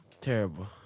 Terrible